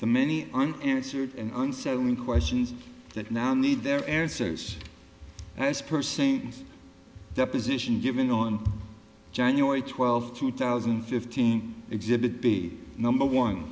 the many and answered and unsettling questions that now need their answers as pursing deposition given on january twelfth two thousand and fifteen exhibit b number one